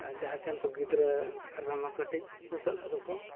ᱡᱟᱦᱟᱸ ᱥᱮ ᱜᱤᱫᱽᱨᱟᱹ ᱟᱨ ᱵᱟᱝᱼᱢᱟ ᱠᱟᱹᱴᱤᱡ ᱵᱩᱥᱟᱹᱜ ᱠᱚᱫᱚ ᱠᱚ